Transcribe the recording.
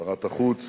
שרת החוץ